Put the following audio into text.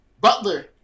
Butler